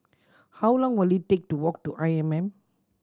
how long will it take to walk to I M M